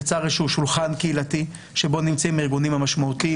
יצר איזשהו שולחן קהילתי שבו נמצאים הארגונים המשמעותיים,